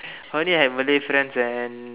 I only have Malay friends and